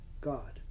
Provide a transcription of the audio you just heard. God